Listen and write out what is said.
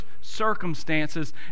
circumstances